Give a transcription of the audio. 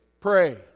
pray